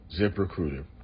ZipRecruiter